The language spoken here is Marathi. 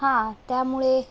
हां त्यामुळे